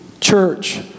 church